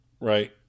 Right